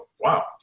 wow